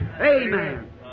Amen